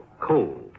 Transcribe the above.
coal